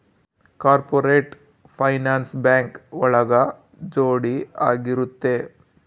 corporate finance bank ಒಳಗ ಜೋಡಿ ಆಗಿರುತ್ತೆ